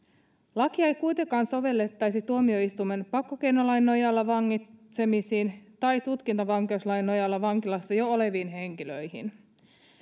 lakia ei kuitenkaan sovellettaisi tuomioistuimen pakkokeinolain nojalla vangitsemisiin tai tutkintavankeuslain nojalla vankilassa jo oleviin henkilöihin